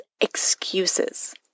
excuses